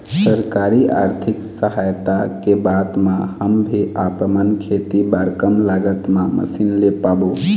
सरकारी आरथिक सहायता के बाद मा हम भी आपमन खेती बार कम लागत मा मशीन ले पाबो?